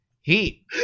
Heat